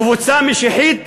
קבוצה משיחית